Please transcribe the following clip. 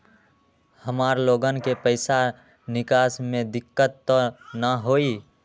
हमार लोगन के पैसा निकास में दिक्कत त न होई?